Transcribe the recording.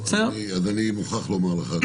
אני מוכרח לומר לך,